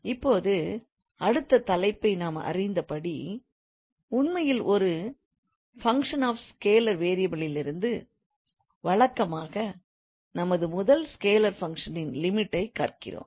இப்போது அடுத்த தலைப்பை நாம் அறிந்தபடி உண்மையில் ஒரு ஃபங்க்ஷன் ஆஃப் ஸ்கேலர் வேரியபல் இருந்து வழக்கமாக நமது முதல் ஸ்கேலர் ஃபங்க்ஷனின் லிமிட்டை கற்கிறோம்